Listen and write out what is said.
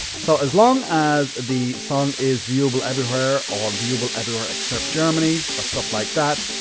so, as long as the song is viewable everywhere, or viewable everywhere, except germany, or stuff like that,